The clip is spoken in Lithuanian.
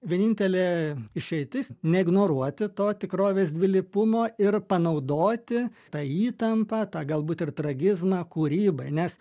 vienintelė išeitis neignoruoti to tikrovės dvilypumo ir panaudoti tą įtampą tą galbūt ir tragizmą kūrybai nes